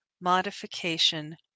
modification